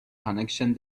connections